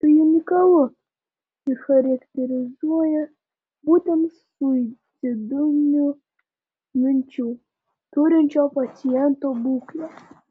tai unikalu ir charakterizuoja būtent suicidinių minčių turinčio paciento būklę